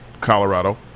Colorado